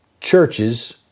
churches